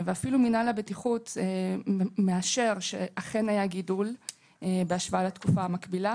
אפילו מנהל הבטיחות מאשר שאכן היה גידול בהשוואה לתקופה המקבילה.